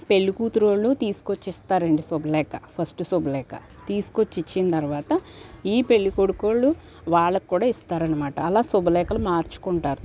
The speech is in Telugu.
పెళ్లికూతురోళ్లు తీసుకొచ్చి ఇస్తారండి శుభలేఖ ఫస్ట్ శుభలేఖ తీసుకొచ్చి ఇచ్చినతర్వాత ఈ పెళ్లికొడుకోళ్ళు వాళ్ళక్కూడా ఇస్తారనమాట అలా శుభలేఖలు మార్చుకుంటారు